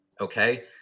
okay